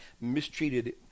mistreated